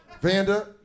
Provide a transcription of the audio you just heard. Vanda